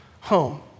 home